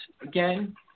again